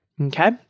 Okay